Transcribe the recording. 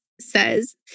says